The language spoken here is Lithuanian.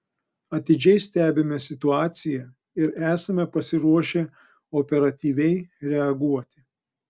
atidžiai stebime situaciją ir esame pasiruošę operatyviai reaguoti